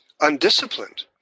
undisciplined